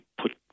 put